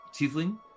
tiefling